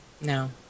No